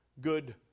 good